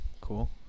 Cool